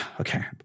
Okay